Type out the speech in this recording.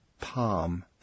palm